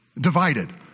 divided